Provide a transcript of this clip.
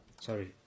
Sorry